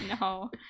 no